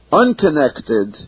unconnected